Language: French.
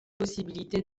possibilités